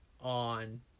on